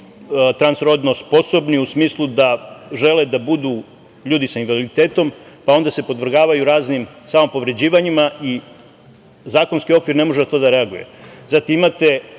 transrodno sposobni, u smislu da žele da budu ljudi sa invaliditetom, pa se onda podvrgavaju raznim samopovređivanjima i zakonski okvir ne može na to da reaguje. Zatim, imate